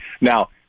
Now